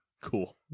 cool